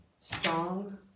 Strong